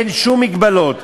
אין שום מגבלות,